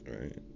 right